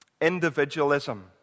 Individualism